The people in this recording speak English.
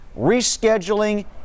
rescheduling